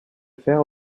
fer